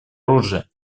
оружия